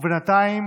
בינתיים